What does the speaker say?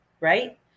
right